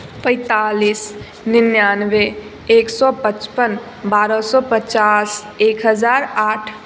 पैंतालिस निनानवबे एक सए पचपन बारह सए पचास एक हजार आठ